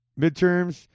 midterms